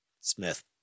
Smith